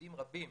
וידידים רבים